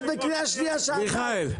את בקריאה שנייה שעתיים.